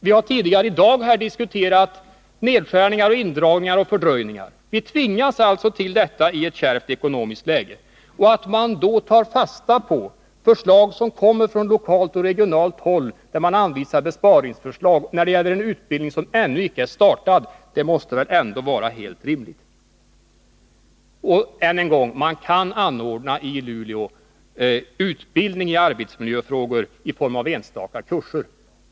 Vi har här tidigare i dag diskuterat nedskärningar, indragningar och fördröjningar. Vi tvingas till detta i ett kärvt ekonomiskt läge. Att i en sådan situation ta fasta på lokala och regionala förslag till besparingar när det gäller en utbildning som ännu inte startats, måste väl ändå vara helt rimligt. Än en gång vill jag framhålla att man i Luleå kan anordna utbildning i arbetsmiljöfrågor i form av enstaka kurser.